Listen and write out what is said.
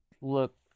look